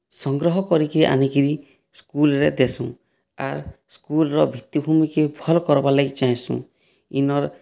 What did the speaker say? ସଂଗ୍ରହ କରିକି ଆନିକିରି ସ୍କୁଲ୍ରେ ଦେସୁଁ ଆର୍ ସ୍କୁଲ୍ର ଭିତ୍ତିଭୂମିକେ ଭଲ୍ କର୍ବାର୍ ଲାଗି ଚାହେସୁଁ ଇନର୍